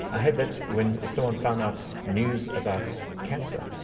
i had that when someone found out news about cancer.